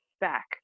back